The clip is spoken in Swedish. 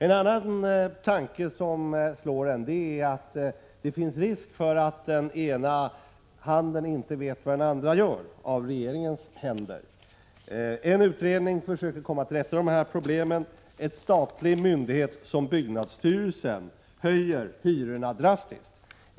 En annan tanke som slår en är att det finns risk för att den ena handen inte vet vad den andra gör — av regeringens händer. En utredning försöker komma till rätta med de här problemen. En statlig myndighet, byggnadsstyrelsen, höjer hyrorna drastiskt.